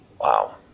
Wow